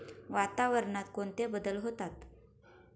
वातावरणात कोणते बदल होतात?